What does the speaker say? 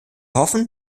hoffen